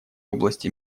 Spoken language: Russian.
области